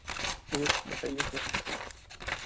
yes बताईए sir